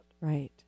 Right